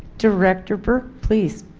director burke please